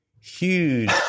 Huge